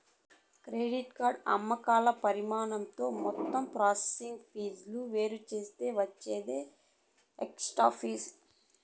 credit card అమ్మకాల పరిమాణంతో మొత్తం ప్రాసెసింగ్ ఫీజులు వేరుచేత్తే వచ్చేదే ఎఫెక్టివ్ ఫీజు